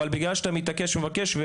אבל בגלל שאתה מתעקש ומבקש,